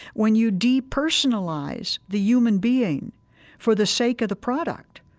when you depersonalize the human being for the sake of the product,